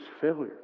failure